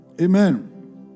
Amen